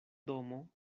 domo